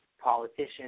politicians